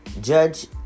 judge